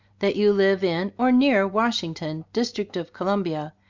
that you live in, or near washington, district of columbia,